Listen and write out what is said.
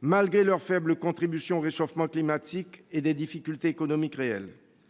malgré leur faible contribution au réchauffement climatique et des difficultés économiques réelles.